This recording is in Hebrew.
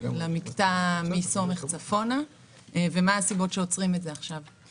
למקטע מסומך צפונה ומה הסיבות שעוצרים את זה עכשיו.